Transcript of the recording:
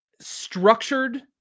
structured